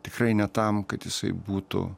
tikrai ne tam kad jisai būtų